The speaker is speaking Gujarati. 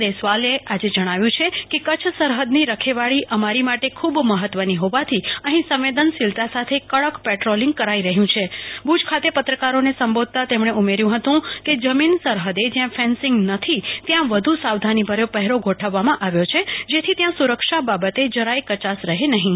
દેશવાલ એ જણાવ્યું છે કે કચ્છ સરહદ ની રખેવાળી અમારી માટે ખૂ બ મહત્વ ની હોવાથી અહી સંવેદનશીલતા સાથે કડક પેટ્રોલીંગ કરાઈ રહ્યું છે ભુજ ખાતે પત્રકારો ને સંબોધતા તેમને ઉમેચું હતું કે જમીન સરહદે જ્યાં ફેનસિગ નથી ત્યાં વધુ સાવધાનીભર્યો પહેરો ગોઠવવા માં આવ્યો છે જેથી ત્યાં સુરક્ષા બાબતે જરાય કચાશ રહે નહીં